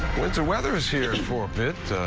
the weather is here for a bit.